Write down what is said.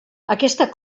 aquesta